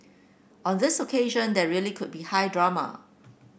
on this occasion there really could be high drama